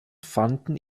fanden